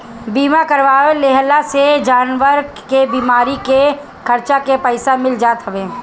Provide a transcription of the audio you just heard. बीमा करवा लेहला से जानवर के बीमारी के खर्चा के पईसा मिल जात हवे